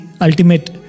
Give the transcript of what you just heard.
ultimate